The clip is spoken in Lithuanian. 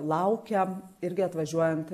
laukę irgi atvažiuojant